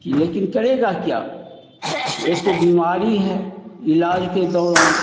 कि लेकिन करेगा क्या यह तो बीमारी है इलाज के दौरान